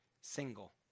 single